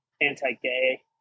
anti-gay